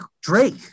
Drake